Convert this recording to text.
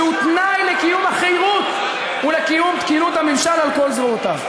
שהוא תנאי לקיום החירות ולקיום תקינות הממשל על כל זרועותיו.